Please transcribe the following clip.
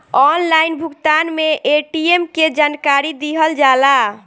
Online भुगतान में ATM के जानकारी दिहल जाला?